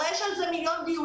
הרי יש על זה מיליון דיונים.